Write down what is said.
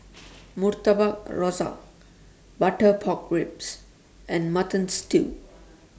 Murtabak Rusa Butter Pork Ribs and Mutton Stew